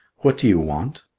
what do you want?